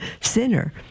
sinner